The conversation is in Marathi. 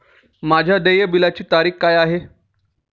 माझ्या देय बिलाची देय तारीख काय आहे?